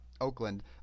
Oakland